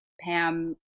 Pam